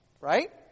right